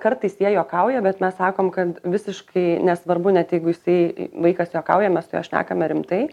kartais jie juokauja bet mes sakom kad visiškai nesvarbu net jeigu jisai vaikas juokauja mes su juo šnekame rimtai